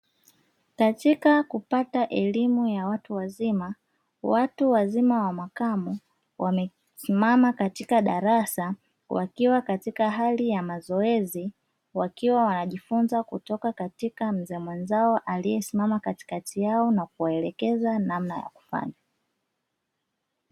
Katika kupata elimu ya watu wazima watu wazima wa makamo wamesimama katika darasa wakiwa katika hali ya mazoezi wakiwa wanajifunza kutoka katika mzee mwenzao aliyesimama katikati yao na kuwaelekeza namna ya kufanya.